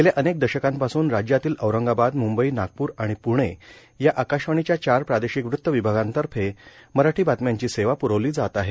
गेल्या अनेक दशकांपासून राजयातील औरंगाबाद मुंबई नागपूर आणि प्णे या आकाशवाणीच्या चार प्रादेशिक वृत्त विभागांतर्फे मराठी बातम्यांची सेवा प्रवली जात आहे